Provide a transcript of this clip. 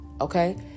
okay